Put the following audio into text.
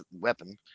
weapon